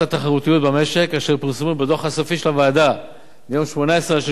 התחרותיות במשק אשר פורסמו בדוח הסופי של הוועדה מיום 18 במרס